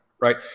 right